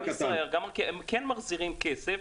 ישראייר וגם ארקיע שכן מחזירים כסף.